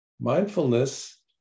Mindfulness